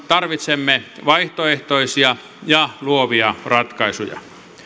tarvitsemme vaihtoehtoisia ja luovia ratkaisuja